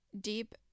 deep